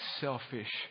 selfish